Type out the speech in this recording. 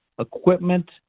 equipment